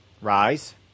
Rise